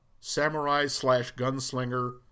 samurai-slash-gunslinger